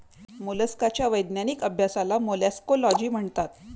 मोलस्काच्या वैज्ञानिक अभ्यासाला मोलॅस्कोलॉजी म्हणतात